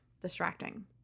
distracting